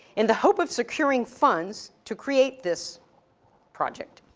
in the hope of securing funds to create this project,